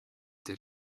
did